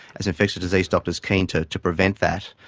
as infectious disease doctors, keen to to prevent that.